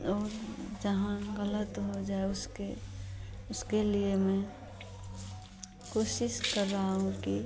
और जहाँ ग़लत हो जाए उसके उसके लिए मैं कोशिश कर रहा हूँ कि